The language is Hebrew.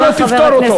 אתה לא תפתור אותו,